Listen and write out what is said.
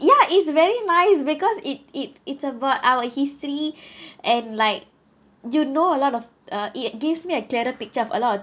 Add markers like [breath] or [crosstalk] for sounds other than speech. ya it's very nice because it it it's about our history [breath] and like you know a lot of uh it gives me a dreaded picture of a lot